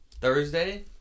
Thursday